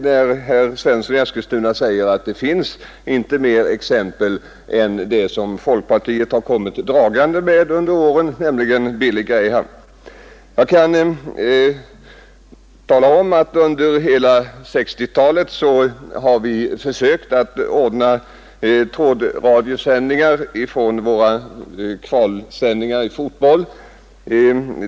Herr Svensson i Eskilstuna säger att det inte finns något mer exempel än det folkpartiet kommit dragande med under åren, nämligen Billy Graham. Jag kan tala om att under hela 1960-talet har vi försökt ordna trådradiosändningar från våra kvalmatcher i fotboll.